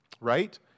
right